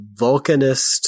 Vulcanist